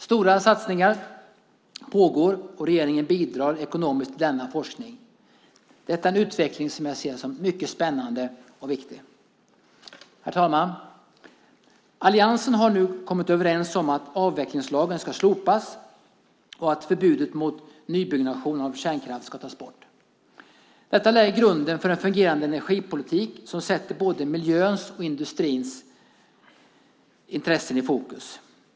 Stora satsningar pågår, och regeringen bidrar ekonomiskt till denna forskning. Det är en utveckling som jag ser som mycket spännande och viktig. Herr talman! Alliansen har nu kommit överens om att avvecklingslagen ska slopas och att förbudet mot nybyggnation av kärnkraft ska tas bort. Detta lägger grunden för en fungerande energipolitik som sätter både miljöns och industrins intressen i fokus.